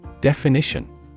Definition